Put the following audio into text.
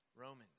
romans